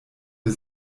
wir